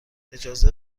اجازه